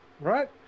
Right